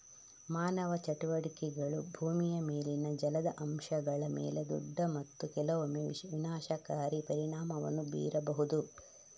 ಮಾನವ ಚಟುವಟಿಕೆಗಳು ಭೂಮಿಯ ಮೇಲಿನ ಜಲದ ಅಂಶಗಳ ಮೇಲೆ ದೊಡ್ಡ ಮತ್ತು ಕೆಲವೊಮ್ಮೆ ವಿನಾಶಕಾರಿ ಪರಿಣಾಮವನ್ನು ಬೀರಬಹುದು